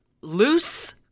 loose